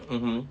mmhmm